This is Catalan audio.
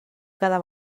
cada